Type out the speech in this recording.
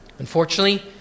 Unfortunately